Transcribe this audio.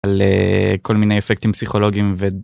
על אה... כל מיני אפקטים פסיכולוגיים ו...